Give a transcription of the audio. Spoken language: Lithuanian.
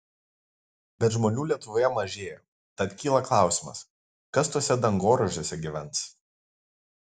bet žmonių lietuvoje mažėja tad kyla klausimas kas tuose dangoraižiuose gyvens